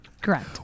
Correct